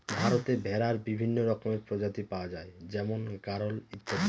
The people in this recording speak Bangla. ভারতে ভেড়ার বিভিন্ন রকমের প্রজাতি পাওয়া যায় যেমন গাড়োল ইত্যাদি